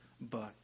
book